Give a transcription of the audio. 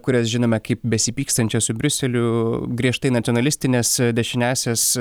kurias žinome kaip besipykstančią su briuseliu griežtai nacionalistinės dešiniąsias